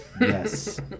Yes